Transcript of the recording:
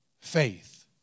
faith